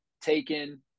taken